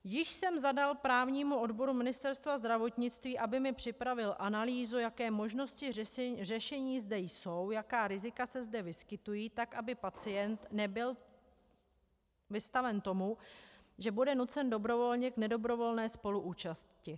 Již jsem zadal právnímu odboru Ministerstva zdravotnictví, aby mi připravil analýzu, jaké možnosti řešení zde jsou, jaká rizika se zde vyskytují, tak aby pacient nebyl vystaven tomu, že bude nucen dobrovolně k nedobrovolné spoluúčasti.